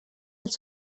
els